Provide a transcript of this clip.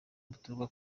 buturuka